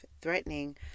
threatening